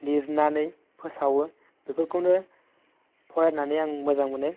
लिरनानै फोसावो बेफोरखौनो फरायनानै आं मोजां मोनो